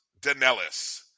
Danellis